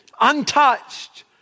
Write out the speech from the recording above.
untouched